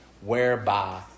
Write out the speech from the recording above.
whereby